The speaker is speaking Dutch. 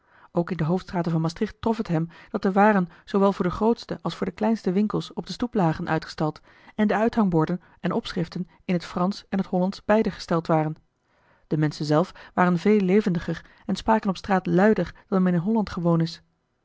ook in de hoofdstraten van maastricht trof het hem dat de waren zoowel voor de grootste als voor de kleinste winkels op de stoep lagen uitgestald en de uithangborden en opschriften in t fransch en t hollandsch beide gesteld waren de menschen zelf waren veel levendiger en spraken op straat luider dan men in holland gewoon is